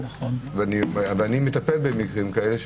ואני מטפל במקרים כאלה,